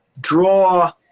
draw